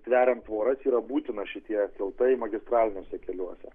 tveriant tvoras yra būtina šitie tiltai magistraliniuose keliuose